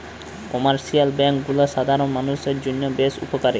commercial bank গুলা সাধারণ মানুষের জন্য বেশ উপকারী